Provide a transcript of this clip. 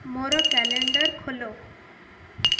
ମୋର କ୍ୟାଲେଣ୍ଡର୍ ଖୋଲ